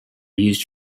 used